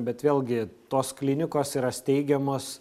bet vėlgi tos klinikos yra steigiamos